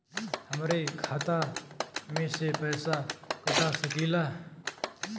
हमरे खाता में से पैसा कटा सकी ला?